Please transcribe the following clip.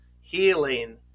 healing